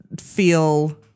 feel